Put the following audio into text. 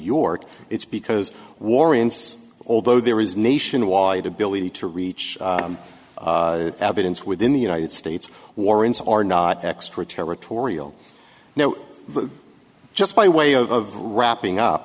york it's because warrants although there is nationwide ability to reach it ins with in the united states warrants are not extraterritorial no just by way of wrapping up